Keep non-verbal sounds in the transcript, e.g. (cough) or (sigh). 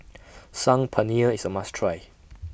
(noise) Saag Paneer IS A must Try (noise)